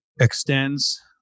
extends